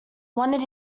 wanted